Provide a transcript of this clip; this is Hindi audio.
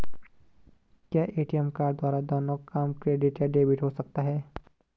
क्या ए.टी.एम कार्ड द्वारा दोनों काम क्रेडिट या डेबिट हो सकता है?